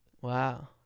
Wow